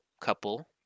couple